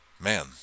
Man